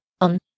on